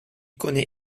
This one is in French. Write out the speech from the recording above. connaît